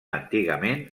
antigament